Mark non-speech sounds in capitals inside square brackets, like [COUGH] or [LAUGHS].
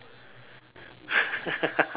[LAUGHS]